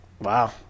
Wow